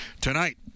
Tonight